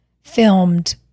filmed